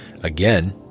Again